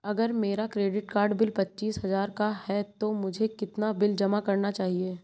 अगर मेरा credit card bill पच्चीस हजार का है तो मुझे कितना बिल जमा करना चाहिए?